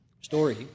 story